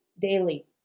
daily